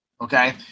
Okay